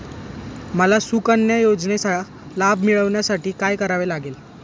मला सुकन्या योजनेचा लाभ मिळवण्यासाठी काय करावे लागेल?